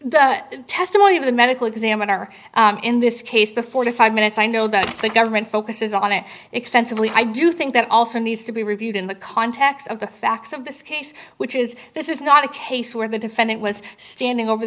at testimony of the medical examiner in this case the forty five minutes i know that the government focuses on it extensively i do think that it also needs to be reviewed in the context of the facts of this case which is this is not a case where the defendant was standing over